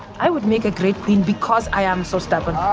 i would make a great queen because i am so stubborn. um